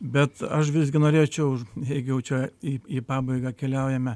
bet aš visgi norėčiau jeigu jau čia į į pabaigą keliaujame